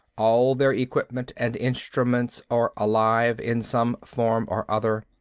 all their equipment and instruments are alive, in some form or other.